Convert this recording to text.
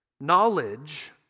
Knowledge